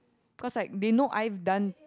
cause like they know I've done